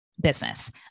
business